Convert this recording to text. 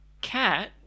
cat